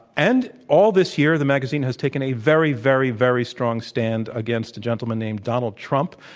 and all this year, the magazine has taken a very, very, very strong stand against a gentleman named donald trump.